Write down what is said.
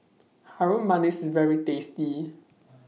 Harum Manis IS very tasty